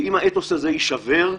ואם האתוס הזה יישבר,